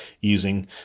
using